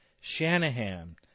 Shanahan